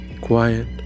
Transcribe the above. Quiet